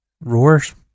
Roars